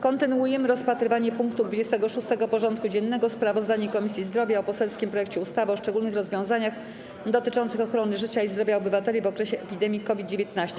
Kontynuujemy rozpatrywanie punktu 26. porządku dziennego: Sprawozdanie Komisji Zdrowia o poselskim projekcie ustawy o szczególnych rozwiązaniach dotyczących ochrony życia i zdrowia obywateli w okresie epidemii COVID-19.